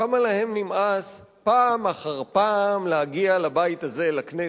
כמה להם נמאס פעם אחר פעם להגיע לבית הזה, לכנסת,